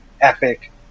epic